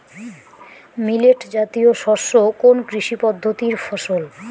Millet জাতীয় শস্য কোন কৃষি পদ্ধতির ফসল?